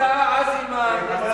חבר הכנסת ברכה, משפט